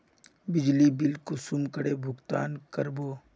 बिजली बिल कुंसम करे भुगतान कर बो?